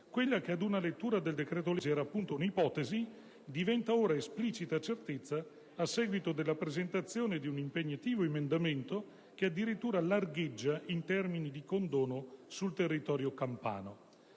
quella che - ad una lettura del decreto-legge - era, appunto, una ipotesi diventa ora esplicita certezza a seguito della presentazione di un impegnativo emendamento che addirittura largheggia in termini di condono sul territorio campano.